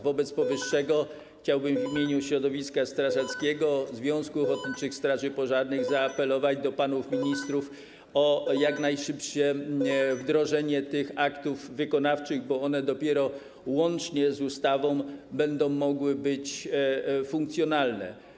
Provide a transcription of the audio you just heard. Wobec powyższego chciałbym w imieniu środowiska strażackiego Związku Ochotniczych Straży Pożarnych zaapelować do panów ministrów o jak najszybsze wdrożenie tych aktów wykonawczych, bo one dopiero łącznie z ustawą będą mogły być funkcjonalne.